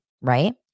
right